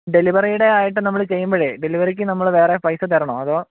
ഡെലിവറിയുടെ ആയിട്ട് നമ്മൾ ചെയ്യുമ്പോഴേ ഡെലിവറിക്ക് നമ്മൾ വേറെ പൈസ തരണോ അതോ